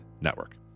Network